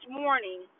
morning